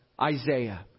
Isaiah